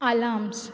alarms